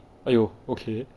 !aiyo! okay